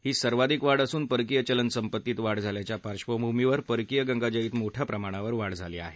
ही सर्वाधिक वाढ असून परकीय चलन संपत्तीत वाढ झाल्याच्या पार्श्वभूमीवर परकीय गंगाजळीत मोठ्या प्रमाणावर वाढ झाली आहे